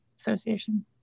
Association